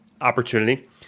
opportunity